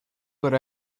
would